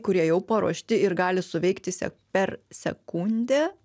kurie jau paruošti ir gali suveikti se per sekundę